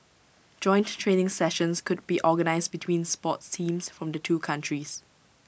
joint training sessions could be organised between sports teams from the two countries